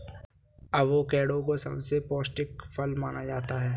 avocado को सबसे पौष्टिक फल माना जाता है